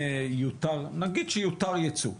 נגיד שיותר ייצוא,